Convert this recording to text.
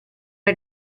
una